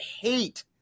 hate